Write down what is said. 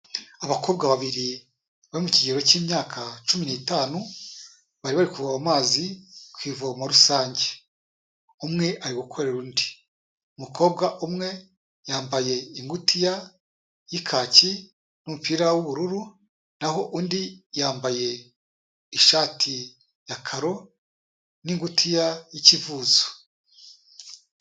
Abakobwa babiri bari mu kigero cy'imyaka cumi n'itanu bari bari kuvoma amazi ku ivomo rusange, umwe ari gukorera undi, mukobwa umwe yambaye ingutiya y'ikaki n'umupira w'ubururu, na ho undi yambaye ishati ya karo n'ingutiya y'ikivuzo.